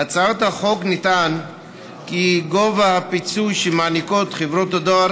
בהצעת החוק נטען כי גובה הפיצוי שמעניקות חברות הדואר